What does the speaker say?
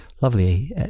lovely